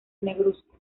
negruzco